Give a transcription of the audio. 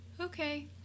Okay